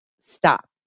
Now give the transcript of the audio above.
Stop